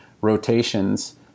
rotations